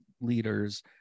leaders